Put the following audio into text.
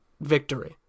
victory